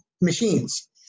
machines